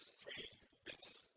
three bits.